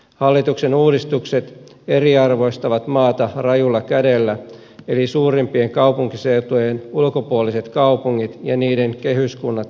hallituksen uudistukset eriarvoistavat maata rajulla kädellä eli suurimpien kaupunkiseutujen ulkopuoliset kaupungit ja niiden kehyskunnat kärsivät eniten